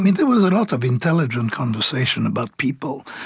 mean there was a lot of intelligent conversation about people,